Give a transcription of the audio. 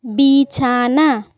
বিছানা